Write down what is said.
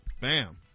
Bam